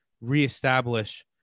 reestablish